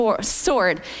sword